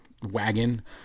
wagon